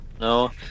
no